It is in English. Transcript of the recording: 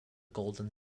golden